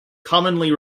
commonly